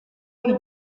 œil